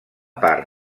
part